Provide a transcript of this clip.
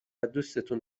دوستون